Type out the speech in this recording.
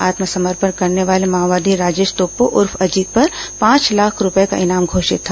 आत्मसमर्पण करने वाले माओवादी राजेश तोप्पा उर्फ अजीत पर पांच लाख रूपये का इनाम घोषित था